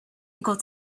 equal